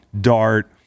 dart